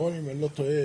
אני לא טועה,